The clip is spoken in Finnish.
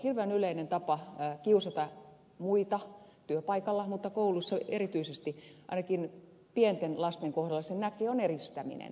hirveän yleinen tapa kiusata muita työpaikalla mutta koulussa erityisesti ainakin pienten lasten kohdalla sen näkee on eristäminen